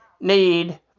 need